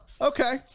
okay